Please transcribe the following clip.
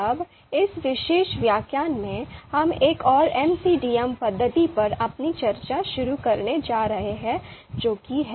अब इस विशेष व्याख्यान में हम एक और MCDM पद्धति पर अपनी चर्चा शुरू करने जा रहे हैं जो कि है